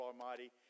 Almighty